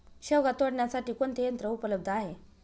शेवगा तोडण्यासाठी कोणते यंत्र उपलब्ध आहे?